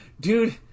Dude